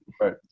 Right